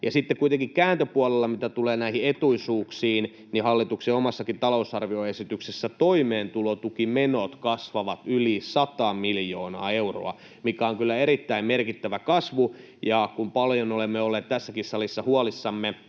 Sitten kuitenkin kääntöpuolella, mitä tulee näihin etuisuuksiin, hallituksen omassakin talousarvioesityksessä toimeentulotukimenot kasvavat yli 100 miljoonaa euroa, mikä on kyllä erittäin merkittävä kasvu. Ja kun paljon olemme olleet tässäkin salissa huolissamme